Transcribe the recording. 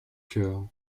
cœur